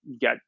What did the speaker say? get